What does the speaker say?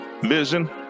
vision